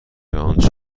آنچه